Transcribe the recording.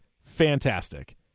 fantastic